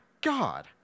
god